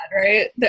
right